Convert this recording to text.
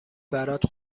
برات